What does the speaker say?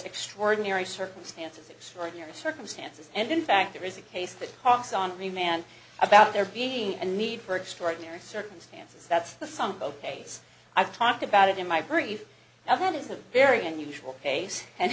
extraordinary circumstances extraordinary circumstances and in fact there is a case that talks on remand about there being and need for extraordinary circumstances that's the sump ok i've talked about it in my brief now that it's a very unusual case and